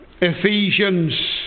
Ephesians